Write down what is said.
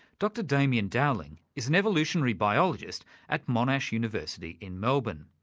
dr damian dowling is an evolutionary biologist at monash university in melbourne,